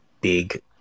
big